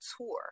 tour